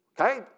Okay